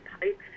pipe